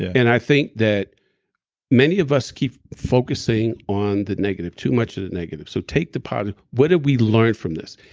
and i think that many of us keep focusing on the negative, too much of the negative. so take the positive. what did we learn from this?